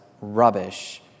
rubbish